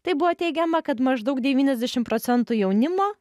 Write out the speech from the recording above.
tai buvo teigiama kad maždaug devyniasdešimt procentų jaunimo